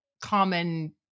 common